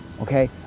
okay